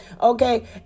Okay